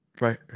Right